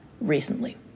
recently